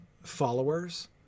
followers